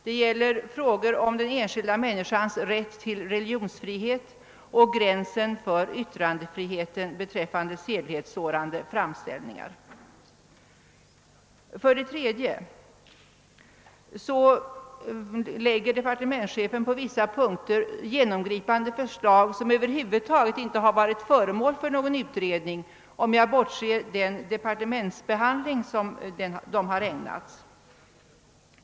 Det gäller frågor om den enskilda människans rätt till religionsfrihet och gränsen för yttrandefriheten beträffande sedlighetssårande framställningar. För det tredje framlägger departementschefen på vissa punkter genomgripande förslag, som över huvud taget inte har varit föremål för utredning, om jag bortser från den departementsbehandling som de har ägnats.